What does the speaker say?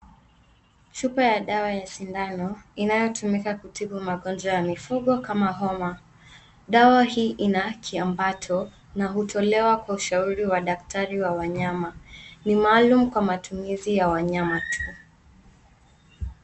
Chupa ya dawa ya sindano inayotumika kutibu magonjwa ya mifugo kama homa. Dawa hii ina kiambato na hutolewa kwa ushauri wa daktari wa wanyama. Ni maalum kwa matumizi ya wanyama tu.